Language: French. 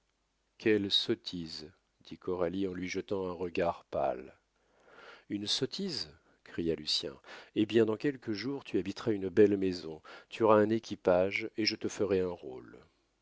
quelle sottise dit coralie en lui jetant un regard pâle une sottise cria lucien eh bien dans quelques jours tu habiteras une belle maison tu auras un équipage et je te ferai un rôle